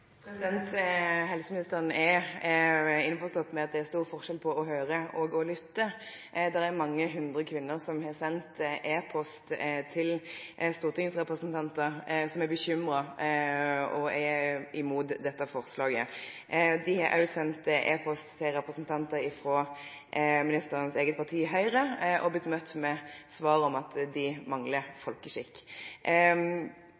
Helseministeren er innforstått med at det er stor forskjell på å høre og å lytte. Det er mange hundre kvinner som har sendt e-post til stortingsrepresentanter, fordi de er bekymret og imot dette forslaget. De har også sendt e-post til representanter fra ministerens eget parti, Høyre, og blitt møtt med svar om at de mangler